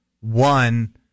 One